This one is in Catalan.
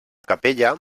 capella